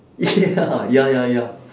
ya lah ya ya ya